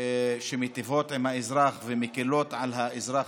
שמיטיבות עם האזרח ומקילות על האזרח,